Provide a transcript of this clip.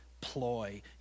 ploy